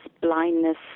blindness